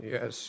Yes